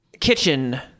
kitchen